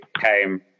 came